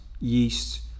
yeast